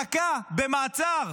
דקה במעצר,